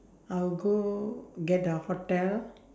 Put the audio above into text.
I'll go get the hotel